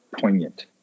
poignant